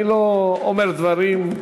אני לא אומר דברים,